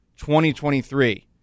2023